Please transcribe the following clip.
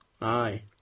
Aye